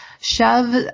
shove